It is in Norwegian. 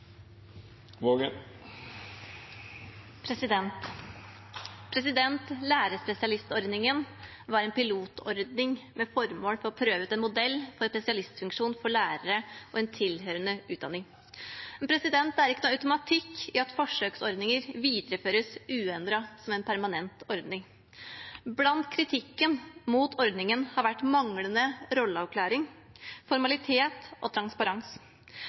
pilotordning med det formål å prøve ut en modell for spesialistfunksjon for lærere og en tilhørende utdanning. Det er ikke noen automatikk i at forsøksordninger videreføres uendret som en permanent ordning. Blant kritikken mot ordningen har vært manglende rolleavklaring, formalitet og